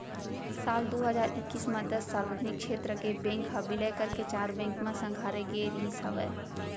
साल दू हजार एक्कीस म दस सार्वजनिक छेत्र के बेंक ह बिलय करके चार बेंक म संघारे गे रिहिस हवय